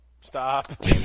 Stop